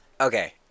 Okay